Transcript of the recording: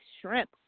shrimp